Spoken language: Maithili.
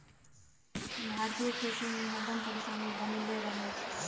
भारतीय खेती में हरदम परेशानी बनले रहे छै